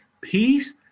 peace